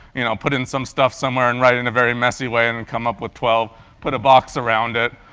you know, put in some stuff somewhere and write it in a very messy way and and come up with twelve put a box around it.